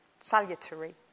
salutary